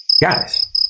guys